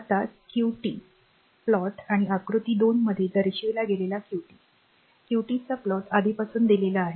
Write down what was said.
आता qtक्यूटीचा प्लॉट आणि आकृती २ मध्ये दर्शविला गेलेला क्यूटी क्यूटीचा प्लॉट आधीपासून दिलेला आहे